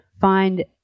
find